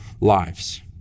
lives